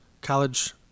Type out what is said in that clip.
college